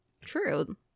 true